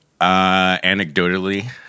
Anecdotally